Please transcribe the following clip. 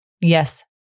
Yes